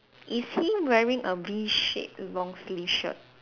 is he wearing a V shape long sleeve shirt